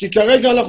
כי כרגע אנחנו